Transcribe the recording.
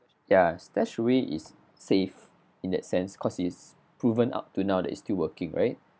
ya StashAway is safe in that sense cause it's proven up to now that it's still working right